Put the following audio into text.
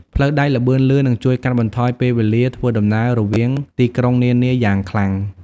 ផ្លូវដែកល្បឿនលឿននឹងជួយកាត់បន្ថយពេលវេលាធ្វើដំណើររវាងទីក្រុងនានាយ៉ាងខ្លាំង។